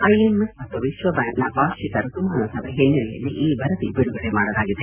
IMF ಮತ್ತು ವಿಶ್ವಬ್ಲಾಂಕ್ನ ವಾರ್ಷಿಕ ಋತುಮಾನ ಸಭೆ ಹಿನ್ನೆಲೆಯಲ್ಲಿ ಈ ವರದಿ ಬಿಡುಗಡೆ ಮಾಡಲಾಗಿದೆ